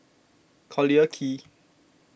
Collyer Quay